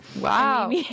Wow